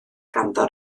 ganddo